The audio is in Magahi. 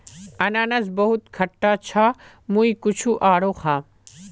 अनन्नास बहुत खट्टा छ मुई कुछू आरोह खाम